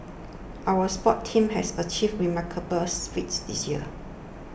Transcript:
our sports teams have achieved remarkables feats this year